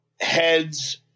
heads